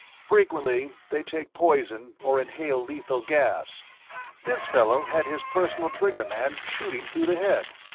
frequently they take poison or inhale lethal gas this fellow had his personal trigger man shoot him through the head.